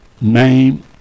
name